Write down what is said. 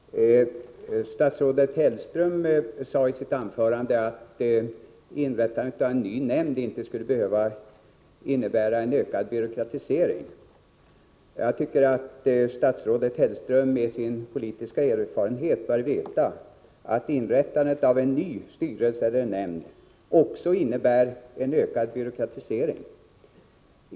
Fru talman! Statsrådet Hellström sade i sitt anförande att inrättandet av en ny nämnd inte skulle behöva innebära en ökad byråkratisering. Jag tycker att statsrådet Hellström, med sin politiska erfarenhet, bör veta att inrättandet av en ny styrelse eller nämnd också innebär en ökad byråkratisering.